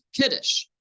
Kiddush